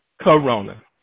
Corona